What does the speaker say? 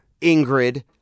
Ingrid